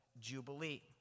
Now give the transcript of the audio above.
Jubilee